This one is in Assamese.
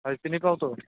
হয় চিনি পাওঁটো